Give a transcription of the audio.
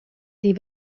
die